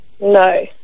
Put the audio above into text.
no